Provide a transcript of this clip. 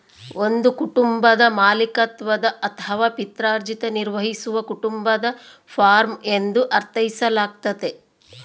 ಒಂದು ಕುಟುಂಬದ ಮಾಲೀಕತ್ವದ ಅಥವಾ ಪಿತ್ರಾರ್ಜಿತ ನಿರ್ವಹಿಸುವ ಕುಟುಂಬದ ಫಾರ್ಮ ಎಂದು ಅರ್ಥೈಸಲಾಗ್ತತೆ